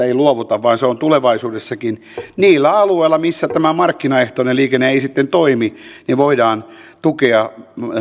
ei luovuta vaan tulevaisuudessakin niillä alueilla missä tämä markkinaehtoinen liikenne ei sitten toimi voidaan tukea